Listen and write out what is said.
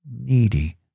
needy